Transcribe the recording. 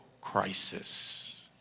crisis